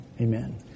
Amen